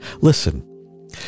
Listen